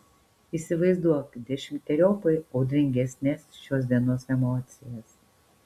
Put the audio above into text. įsivaizduok dešimteriopai audringesnes šios dienos emocijas